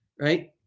Right